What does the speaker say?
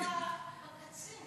לפגוע בקצין.